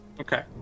Okay